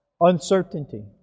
uncertainty